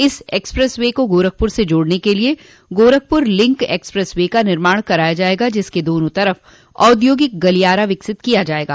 इस expressway को गोरखपुर से जोड़ने के लिये गोरखपुर लिंक एक्सप्रेसवे का निर्माण कराया जायेगा जिसके दोनों तरफ औद्योगिक गलियारा विकसित किया जायेगा